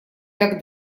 так